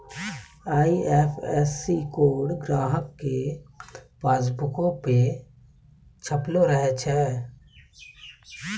IFSC code ग्राहको के पासबुको पे छपलो रहै छै